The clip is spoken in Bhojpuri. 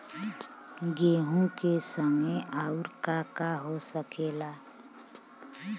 गेहूँ के संगे आऊर का का हो सकेला?